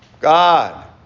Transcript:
God